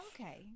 Okay